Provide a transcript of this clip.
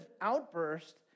outburst